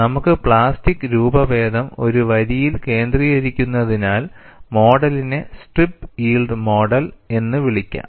നമുക്ക് പ്ലാസ്റ്റിക് രൂപഭേദം ഒരു വരിയിൽ കേന്ദ്രീകരിക്കുന്നതിനാൽ മോഡലിനെ സ്ട്രിപ്പ് യിൽഡ് മോഡൽ എന്നു വിളിക്കാം